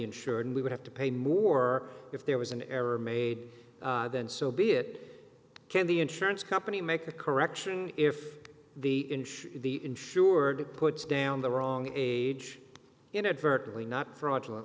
insured and we would have to pay more if there was an error made then so be it can the insurance company make a correction if the the insured puts down the wrong age inadvertently not fraudulent